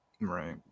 Right